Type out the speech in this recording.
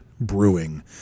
BREWING